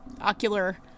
ocular